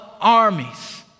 armies